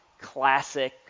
Classic